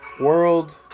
world